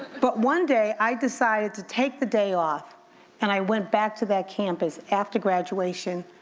but one day i decided to take the day off and i went back to that campus after graduation,